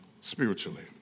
spiritually